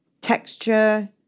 texture